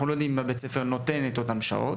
לא יודעים אם בית הספר נותן את אותן שעות,